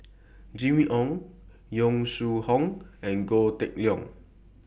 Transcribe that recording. Jimmy Ong Yong Shu Hoong and Goh Kheng Long